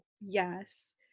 Yes